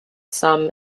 sum